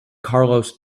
carlos